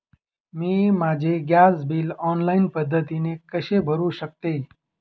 मी माझे gas bill online पद्धतीने कसे भरु शकते?